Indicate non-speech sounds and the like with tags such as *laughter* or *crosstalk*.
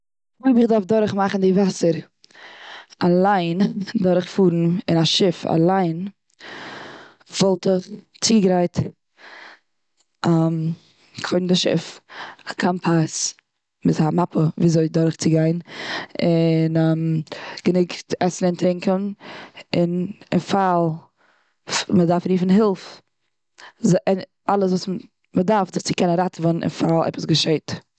אויב איך דארף דורך מאכן די וואסער אליין דורך פארן אין א שיף אליין. וואלט איך צוגעגרייט *hesitation* קודם די שיף, א קאמפעס, א מאפע וויאזוי דורך צו גיין. און *hesitation* גענוג עסן און טרינקען. און פאל מ'דארף רופן הילף *unintelligible* און אלעס צו ראטעווען און פאל עפעס געשעט.